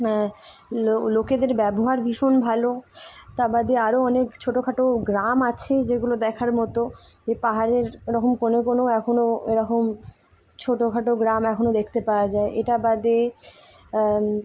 লো লোকেদের ব্যবহার ভীষণ ভালো তা বাদে আরও অনেক ছোটো খাটো গ্রাম আছে যেগুলো দেখার মতো যে পাহাড়ের এরকম কোনো কোনো এখনো এরকম ছোটো খাটো গ্রাম এখনও দেখতে পাওয়া যায় এটা বাদে